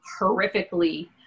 horrifically